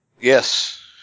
Yes